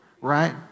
Right